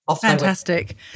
Fantastic